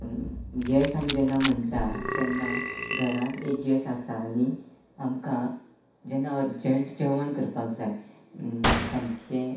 gas जेन्ना आमी म्हणटात तेन्ना घरांत एक गॅस आसा आनी आमकां जेन्ना अर्जंट जेवण करपाक जाय सामकें